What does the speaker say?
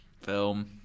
film